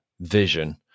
vision